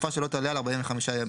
לתקופה שלא תעלה על 45 ימים,